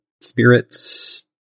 spirits